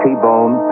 T-Bone